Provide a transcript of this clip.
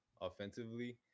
offensively